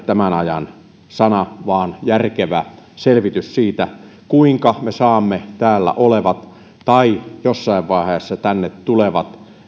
tämän ajan sana ei ole lynkkausmieliala vaan järkevä selvitys siitä kuinka me saamme täällä olevat tai jossain vaiheessa tänne tulevat